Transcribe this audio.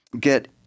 get